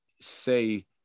say